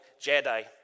Jedi